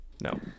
No